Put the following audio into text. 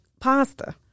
pasta